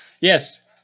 Yes